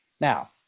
Now